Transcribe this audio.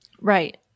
Right